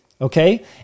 Okay